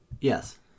Yes